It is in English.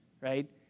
right